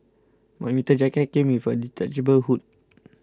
my winter jacket came with a detachable hood